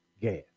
gas